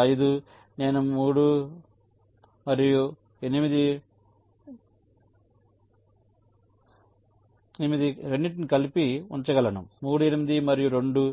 5 నేను 3 మరియు 8 రెండింటినీ కలిపి ఉంచగలను 3 8 మరియు 2